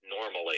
normally